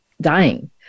dying